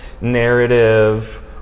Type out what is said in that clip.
narrative